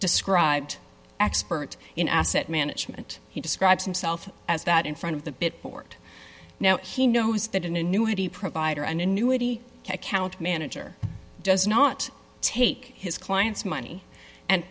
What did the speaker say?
described expert in asset management he describes himself as that in front of the bit board now he knows that in a new had a provider an annuity account manager does not take his clients money and